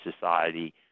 Society